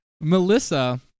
Melissa